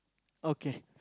okay